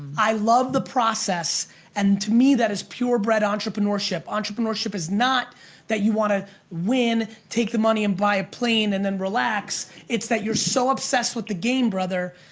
i love the process and to me that is pure bred entrepreneurship. entrepreneurship is not that you want to win, take the money and buy a plane, and then relax. it's that you're so obsessed with the game, brother,